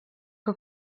que